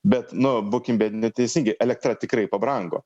bet nu būkim biedni bet teisingi elektra tikrai pabrango